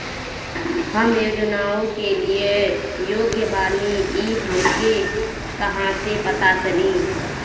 हम योजनाओ के लिए योग्य बानी ई हमके कहाँसे पता चली?